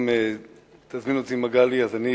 אם תזמין אותי, מגלי, אז אני